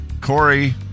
Corey